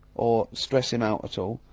or stress him out at all.